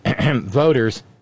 voters